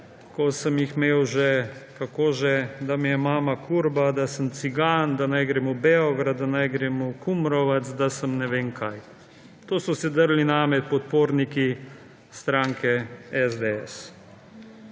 ko sem jih imel že – kako že? – da mi je mama kurba, da sem cigan, da naj grem v Beograd, da naj grem v Kumrovec, da sem ne vem kaj. To so se drli name podporniki stranke SDS.